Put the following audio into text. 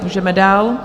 Můžeme dál.